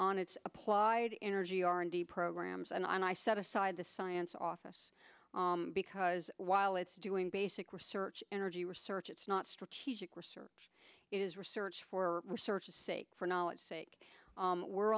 on its applied energy r and d programs and i set aside the science office because while it's doing basic research energy research it's not strategic research is research for research sake for knowledge sake we're